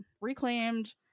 reclaimed